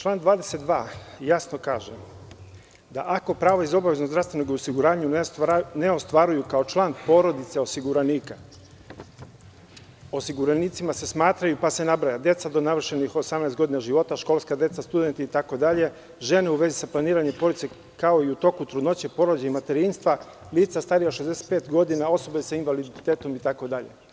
Član 22. jasno kaže da ako pravo iz obaveznog zdravstvenog osiguranja ne ostvaruju kao član porodice osiguranika, osiguranicima se smatraju, pa se nabraja – deca do navršenih 18 godina života, školska deca, studenti itd, žene u vezi sa planiranjem porodice, kao i u toku trudnoće, porođaja i materinstva, lica starija od 65 godina, osobe sa invaliditetom itd.